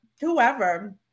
whoever